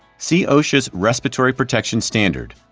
see osha's respiratory protection standard,